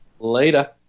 Later